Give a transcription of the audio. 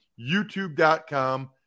YouTube.com